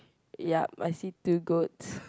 yup I see two goats